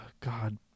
God